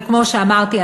וכמו שאמרתי,